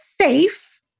safe